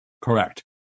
Correct